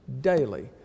daily